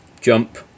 Jump